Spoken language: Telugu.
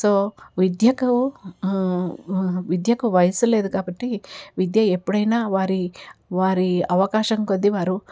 సో విద్యకు విద్యకు వయసు లేదు కాబట్టి విద్య ఎప్పుడైనా వారి వారి అవకాశం కొద్ది వారు